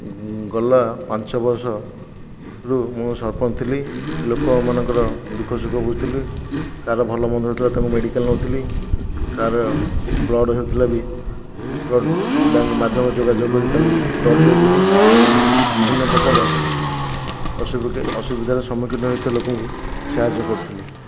ଗଲା ପାଞ୍ଚ ବର୍ଷ ରୁ ମୁଁ ସରପଞ୍ଚ ଥିଲି ଲୋକମାନଙ୍କର ଦୁଃଖ ସୁଖ ବୁଝୁଥିଲି କାହାର ଭଲମନ୍ଦ ହଉଥିଲା ତାଙ୍କୁ ମେଡ଼ିକାଲ ନଉଥିଲି କାର ବ୍ଲଡ଼ ହେଉଥିଲା ବି ବ୍ଲଡ଼ ବ୍ୟାଙ୍କ ମାଧ୍ୟମରେ ଯୋଗାଯୋଗ କରି ତାଙ୍କୁ ବ୍ଲଡ଼ ଦେଉଥିଲି ବିଭିନ୍ନ ପ୍ରକାର ଅସୁବିଧାର ସମୁଖୀନ ହେଉଥିବା ଲୋକଙ୍କୁ ସାହାଯ୍ୟ କରୁଥିଲି